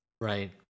Right